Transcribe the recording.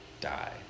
die